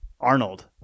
Arnold